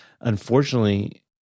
unfortunately